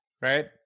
right